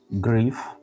grief